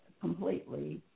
completely